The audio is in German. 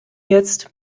jetzt